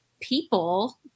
people